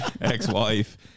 ex-wife